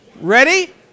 Ready